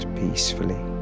peacefully